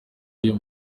y’uyu